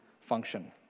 function